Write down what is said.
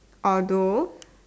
although